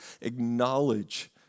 acknowledge